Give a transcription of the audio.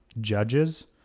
judges